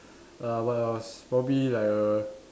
uh what else probably like a